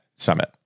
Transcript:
summit